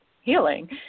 healing